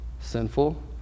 sinful